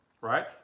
Right